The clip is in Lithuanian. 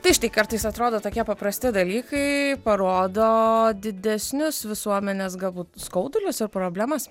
tai štai kartais atrodo tokie paprasti dalykai parodo didesnius visuomenės galbūt skaudulius ar problemas